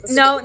no